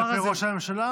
כלפי ראש הממשלה.